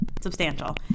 substantial